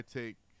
take